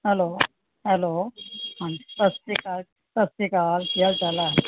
hello hello ਹਾਂਜੀ ਸਤਿ ਸ਼੍ਰੀ ਅਕਾਲ ਸਤਿ ਸ਼੍ਰੀ ਅਕਾਲ ਕੀ ਹਾਲ ਚਾਲ ਹੈ